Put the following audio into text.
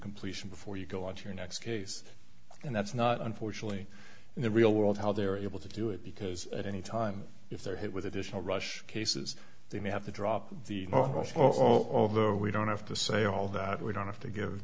completion before you go on to your next case and that's not unfortunately in the real world how they're able to do it because at any time if they're hit with additional rush cases they may have to drop the ball for all although we don't have to say all that we don't have to give